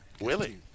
Willie